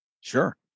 Sure